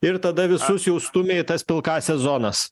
ir tada visus jau stumia į tas pilkąsias zonas